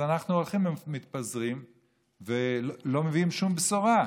אנחנו הולכים ומתפזרים ולא מביאים שום בשורה.